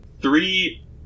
Three